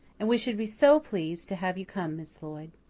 and we should be so pleased to have you come, miss lloyd.